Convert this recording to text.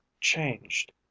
changed